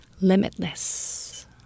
Limitless